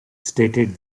stated